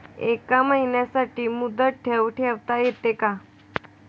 एका महिन्यासाठी मुदत ठेव ठेवता येते का?